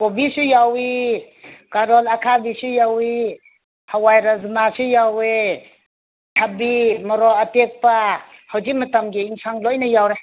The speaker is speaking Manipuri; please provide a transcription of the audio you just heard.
ꯀꯣꯕꯤꯁꯨ ꯌꯥꯎꯢ ꯀꯥꯔꯣꯟ ꯑꯈꯥꯕꯤꯁꯨ ꯌꯥꯎꯢ ꯍꯋꯥꯏ ꯔꯖꯃꯥꯁꯨ ꯌꯥꯎꯋꯦ ꯊꯥꯕꯤ ꯃꯣꯔꯣꯛ ꯑꯇꯦꯛꯄ ꯍꯧꯖꯤꯛ ꯃꯇꯝꯒꯤ ꯌꯦꯟꯁꯥꯡ ꯂꯣꯏꯅ ꯌꯥꯎꯔꯦ